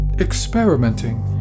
experimenting